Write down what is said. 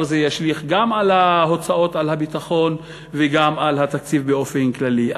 ישליך גם על ההוצאות על הביטחון וגם על התקציב באופן כללי.